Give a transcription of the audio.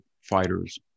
fighters